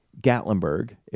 Gatlinburg